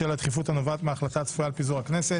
בשל הדחיפות הנובעת מההחלטה הצפויה על פיזור הכנסת